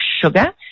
sugar